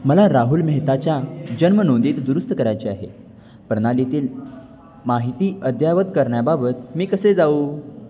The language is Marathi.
मला राहुल मेहताच्या जन्म नोंदीत दुरुस्त करायचे आहे प्रणालीतील माहिती अद्यावत करण्याबाबत मी कसे जाऊ